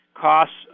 costs